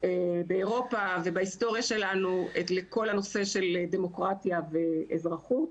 באירופה ובהיסטוריה שלנו שהביאו לכל הנושא של דמוקרטיה ואזרחות.